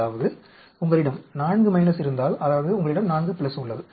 அதாவது உங்களிடம் 4 இருந்தால் அதாவது உங்களிடம் 4 உள்ளது